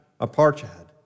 Aparchad